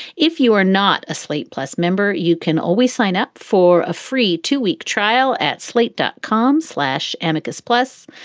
if you are not a slate plus member, you can always sign up for a free two week trial at slate, dot com slash amicus plus.